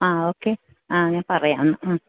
ആ ഓക്കേ ആ ഞാൻ പറയാം എന്നാൽ ആ